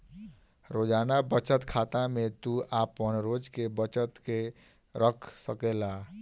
रोजाना बचत खाता में तू आपन रोज के बचत के रख सकेला